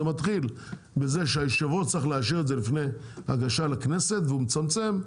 זה מתחיל בזה שיושב הראש צריך לאשר את זה לפני הגשה לכנסת והוא מצמצם.